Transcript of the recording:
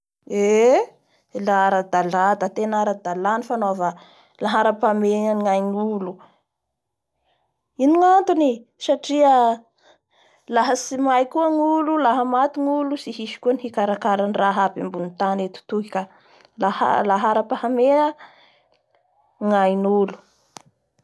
Eee!la aradala la tena aradala ny fanaoava lahar'ampahameha ny aign'olo, ino gnatony? Satria laha tsy may koa ny olo laha maty gnolo tsy hisy koa ny hikarakara ny raha aby ambony tany eto toy ka lah-laharapahamehany aignolo